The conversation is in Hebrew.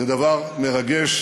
זה דבר מרגש.